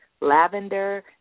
lavender